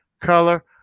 color